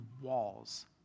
walls